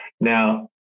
Now